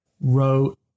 wrote